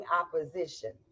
opposition